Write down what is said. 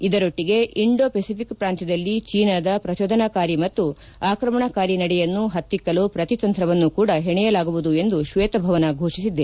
ಇದರೊಟ್ಟಗೆ Indo Pacific ಪ್ರಾಂತ್ಯದಲ್ಲಿ ಚೀನಾದ ಪ್ರಚೋದನಕಾರಿ ಮತ್ತು ಆಕ್ರಮಣಕಾರಿ ನಡೆಯನ್ನು ಹತ್ತಿಕ್ಕಲು ಪ್ರತಿತಂತ್ರವನ್ನು ಕೂಡ ಹೆಣೆಯಲಾಗುವುದು ಎಂದು ಶ್ವೇತಭವನ ಘೋಷಿಸಿದೆ